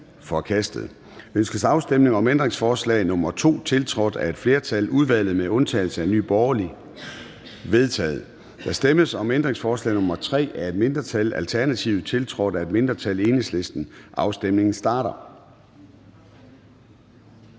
Ønskes afstemning om ændringsforslag nr. 2, tiltrådt af et flertal (udvalget med undtagelse af NB)? Det er vedtaget. Der stemmes om ændringsforslag nr. 3 af et mindretal (ALT), tiltrådt af et mindretal (EL). Afstemningen starter.